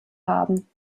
haben